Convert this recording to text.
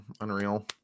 Unreal